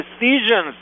decisions